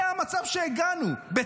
זה המצב שהגענו אליו,